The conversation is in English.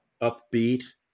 upbeat